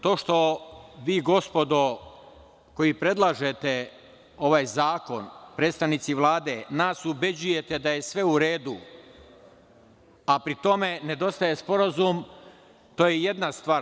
To što vi gospodo, koji predlažete ovaj zakon, predstavnici Vlade, nas ubeđujete da je sve u redu, a pri tome nedostaje sporazum, to je jedna stvar.